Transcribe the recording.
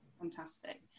Fantastic